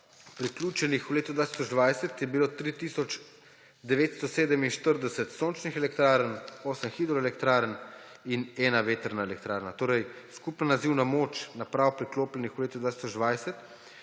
priključenih v letu 2020, je bilo 3 tisoč 947 sončnih elektrarn, 8 hidroelektrarn in ena vetrna elektrarna. Torej, skupna nazivna moč naprav, priklopljenih v letu 2020,